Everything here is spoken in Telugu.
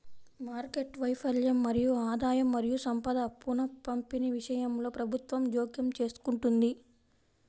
మార్కెట్ వైఫల్యం మరియు ఆదాయం మరియు సంపద పునఃపంపిణీ విషయంలో ప్రభుత్వం జోక్యం చేసుకుంటుంది